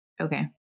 Okay